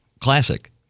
Classic